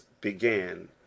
began